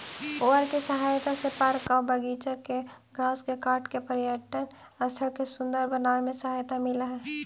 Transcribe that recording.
mower के सहायता से पार्क आऊ बागिचा के घास के काट के पर्यटन स्थल के सुन्दर बनावे में सहायता मिलऽ हई